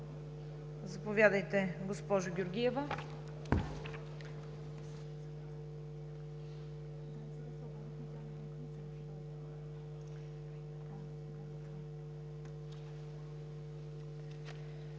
заповядайте, госпожо Георгиева.